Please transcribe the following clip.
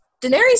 Daenerys